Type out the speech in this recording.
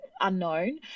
unknown